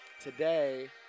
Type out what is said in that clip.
Today